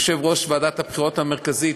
יושב-ראש ועדת הבחירות המרכזית,